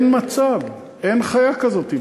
אין מצב, אין חיה כזאת.